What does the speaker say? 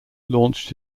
launched